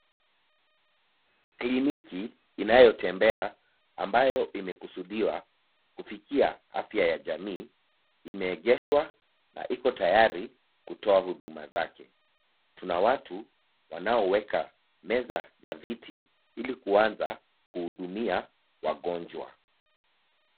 Kliniki inayotembea ambayo imekusudiwa kufikia afya ya jamii imeegeshwa na iko tayari kutoa huduma zake, tuna watu wanaoweka meza na viti, ili kuanza kuhudumia wagonjwa.